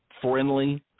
friendly